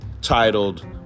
titled